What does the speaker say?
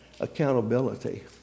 accountability